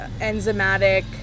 enzymatic